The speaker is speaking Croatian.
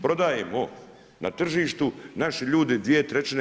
Prodajemo na tržištu i naši ljudi 2/